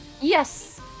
Yes